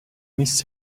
miss